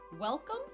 Welcome